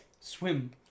Swim